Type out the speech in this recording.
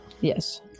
Yes